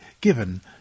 given